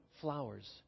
flowers